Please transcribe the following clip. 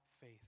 faith